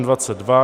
22.